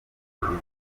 bukuru